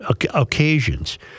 occasions